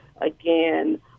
Again